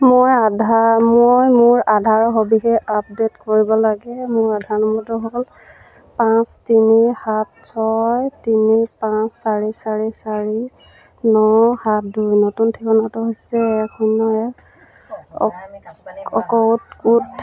মই আধাৰ মই মোৰ আধাৰৰ সবিশেষ আপডে'ট কৰিব লাগে মোৰ আধাৰ নম্বৰটো হ'ল পাঁচ তিনি সাত ছয় তিনি পাঁচ চাৰি চাৰি চাৰি ন সাত দুই নতুন ঠিকনাটো হৈছে এক শূন্য এক